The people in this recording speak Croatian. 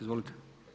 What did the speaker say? Izvolite.